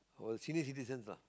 for senior citizens lah